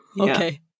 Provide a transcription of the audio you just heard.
Okay